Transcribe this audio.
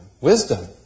Wisdom